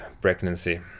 pregnancy